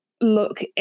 look